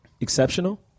exceptional